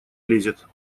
лезет